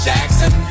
Jackson